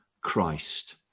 Christ